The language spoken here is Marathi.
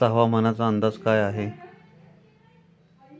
आजचा हवामानाचा अंदाज काय आहे?